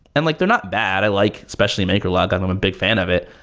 and like they're not bad. i like especially maker log. and i'm a big fan of it.